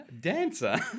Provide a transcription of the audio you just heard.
dancer